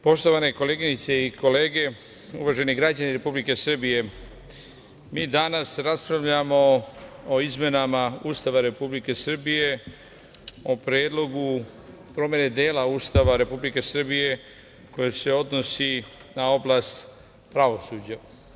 Poštovane koleginice i kolege, uvaženi građani Republike Srbije, mi danas raspravljamo o izmenama Ustava Republike Srbije, o predlogu promene dela Ustava Republike Srbije koji se odnosi na oblast pravosuđa.